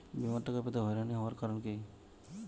বিমার টাকা পেতে হয়রানি হওয়ার কারণ কি?